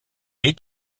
est